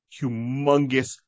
humongous